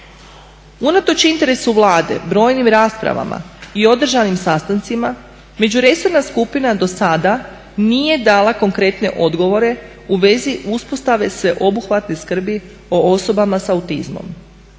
Unatoč interesu Vlade, brojnim raspravama i održanim sastancima međuresorna skupina dosada nije dala konkretne odgovore u vezi uspostave sveobuhvatne skrbi o osobama s autizmom.